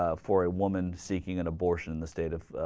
ah for a woman seeking an abortion the state of ah.